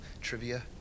trivia